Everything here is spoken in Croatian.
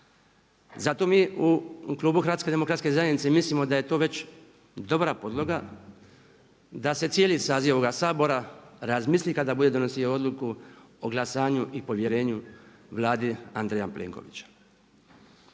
Zato mi u klubu HDZ-a mislimo da je to već dobra podloga da se cijeli saziv ovoga Sabora razmisli kada bude donosio odluku o glasanju i povjerenju Vladi Andreja Plenkovića.